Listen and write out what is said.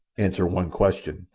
answer one question,